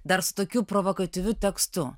dar su tokiu provokatyviu tekstu